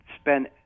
spend